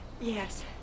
Yes